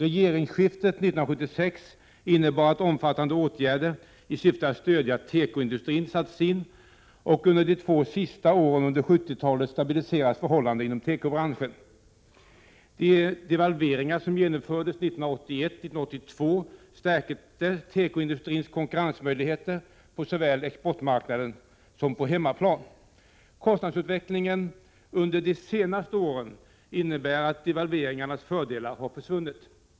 Regeringsskiftet 1976 innebar att omfattande åtgärder i syfte att stödja tekoindustrin sattes in, och under de två sista åren under 1970-talet stabliserades förhållandena inom tekobranschen. De devalveringar som genomfördes 1981 och 1982 stärkte tekoindustrins konkurrensmöjligheter på såväl exportmarknaden som på hemmaplan. Kostnadsutvecklingen under de senaste åren innebär att devalveringarnas fördelar har försvunnit.